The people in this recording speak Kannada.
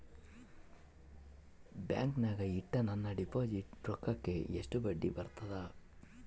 ಬ್ಯಾಂಕಿನಾಗ ಇಟ್ಟ ನನ್ನ ಡಿಪಾಸಿಟ್ ರೊಕ್ಕಕ್ಕ ಎಷ್ಟು ಬಡ್ಡಿ ಬರ್ತದ?